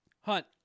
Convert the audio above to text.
Hunt